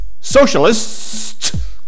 Socialists